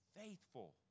faithful